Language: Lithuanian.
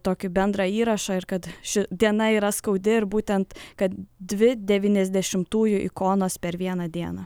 tokį bendrą įrašą ir kad ši diena yra skaudi ir būtent kad dvi devyniasdešimtųjų ikonos per vieną dieną